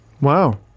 Wow